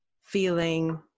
feeling